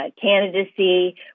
candidacy